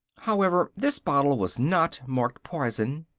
however, this bottle was not marked poison,